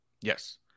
yes